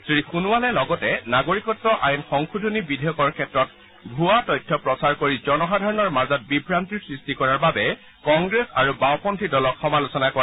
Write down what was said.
শ্ৰী সোণোৱালে লগতে নাগৰিকত্ব আইন সংশোধন বিধেয়কৰ ক্ষেত্ৰত ভুৱা তথ্য প্ৰচাৰ কৰি জনসাধাৰণৰ মাজত বিভান্তিৰ সৃষ্টি কৰাৰ বাবে কংগ্ৰেছ আৰু বাওঁপন্থী দলক সমালোচনা কৰে